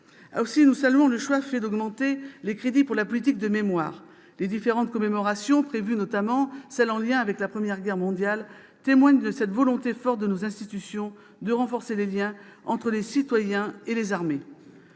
Aussi, nous saluons le choix fait d'augmenter les crédits pour la politique de mémoire. Les différentes commémorations prévues, notamment celles qui sont liées à la Première Guerre mondiale, témoignent de cette volonté forte de nos institutions de renforcer les liens entre les citoyens et les armées.